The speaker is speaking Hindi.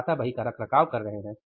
वे खाता बही का रखरखाव कर रहे हैं